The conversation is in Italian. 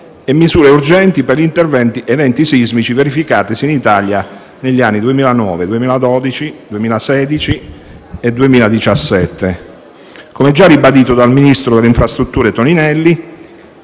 le misure urgenti per gli eventi sismici verificatisi in Italia negli anni 2009, 2012, 2016 e 2017. Come già ribadito dal ministro delle infrastrutture Toninelli,